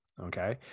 Okay